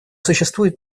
существуют